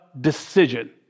decision